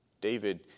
David